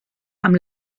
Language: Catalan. amb